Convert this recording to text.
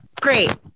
great